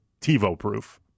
TiVo-proof